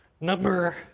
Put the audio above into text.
Number